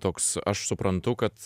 toks aš suprantu kad